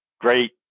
Great